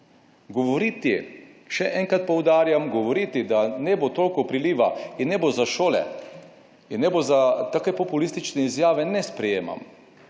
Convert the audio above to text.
Govoriti - še enkrat poudarjam -, da ne bo toliko priliva in ne bo za šole in ne bo za take populistične izjave ne sprejemam.